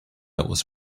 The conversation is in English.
was